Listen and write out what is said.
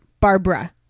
Barbara